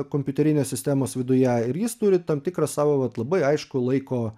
kompiuterinės sistemos viduje ir jis turi tam tikrą savo vat labai aiškų laiko